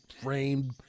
framed